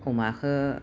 अमाखौ